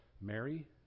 Mary